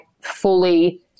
fully